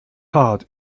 heart